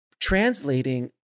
translating